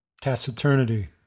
Taciturnity